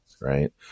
right